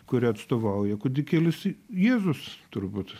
kurią atstovauja kūdikėlis jėzus turbūt